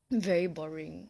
very boring